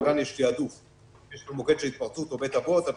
גם כאן יש תיעדוף אם זה מוקד ההתפרצות או בית אבות אנחנו